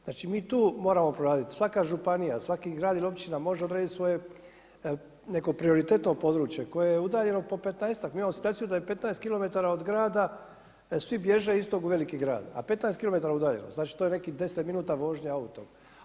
Znači mi tu moramo proraditi, svaka županija, svaki grad ili općina može odrediti svoje neko prioritetno područje koje je udaljeno po 15-ak, mi imamo situaciju da je po 15km od grada svi bježe iz tog u veliki grad, a 15km udaljeno, znači to je nekih deset minuta vožnje autom.